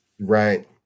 Right